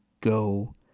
go